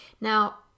Now